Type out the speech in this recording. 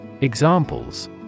Examples